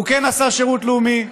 הוא כן עשה שירות לאומי,